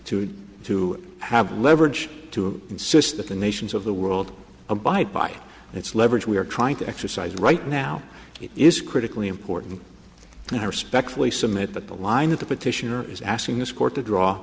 to to have leverage to insist that the nations of the world abide by its leverage we are trying to exercise right now is critically important and i respectfully submit that the line of the petitioner is asking this court to draw